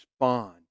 respond